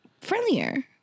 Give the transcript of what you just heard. friendlier